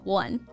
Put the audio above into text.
one